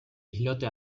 islote